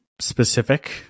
specific